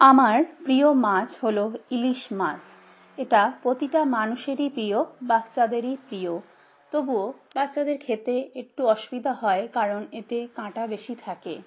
আমার প্রিয় মাছ হলো ইলিশ মাছ এটা প্রতিটা মানুষেরই প্রিয় বাচ্চাদেরই প্রিয় তবুও বাচ্চাদের খেতে একটু অসুবিধা হয় কারণ এতে কাঁটা বেশি থাকে